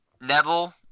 Neville